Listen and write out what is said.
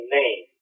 name